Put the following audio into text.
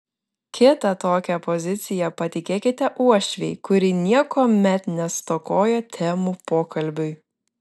kitą tokią poziciją patikėkite uošvei kuri niekuomet nestokoja temų pokalbiui